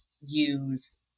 use